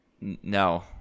no